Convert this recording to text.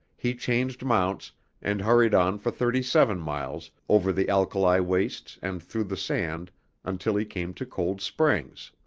he changed mounts and hurried on for thirty-seven miles over the alkali wastes and through the sand until he came to cold springs.